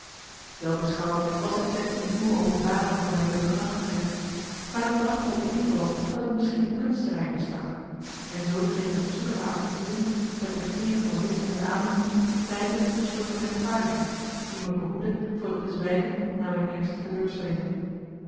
wel beschouwd was dit slechts een nieuwe openbaring van mijn leugenachtigheid maar het bracht me op de inval dat er misschien een kunstenaar in me stak en zoo kregen het zoeken naar avonturen het begeeren van wisselende aandoeningen tijdelijk een soort van rechtvaardiging die me behoedde voor het bezwijken na mijn eerste teleurstellingen